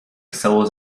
wesoło